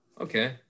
Okay